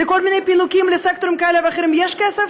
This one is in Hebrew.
לכל מיני פינוקים לסקטורים כאלה ואחרים יש כסף,